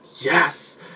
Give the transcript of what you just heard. yes